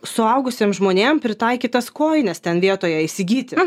suaugusiems žmonėm pritaikytas kojines ten vietoje įsigyti